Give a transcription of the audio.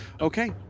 Okay